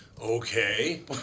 Okay